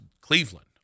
Cleveland